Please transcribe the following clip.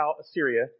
Assyria